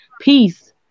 peace